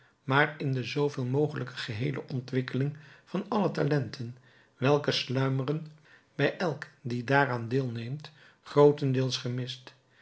maar in de zooveel mogelijk geheele ontwikkeling van alle talenten welke sluimeren bij elk die daaraan deel neemt grootendeels gemist